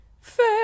fair